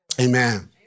Amen